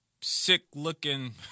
sick-looking